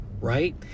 right